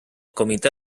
comitè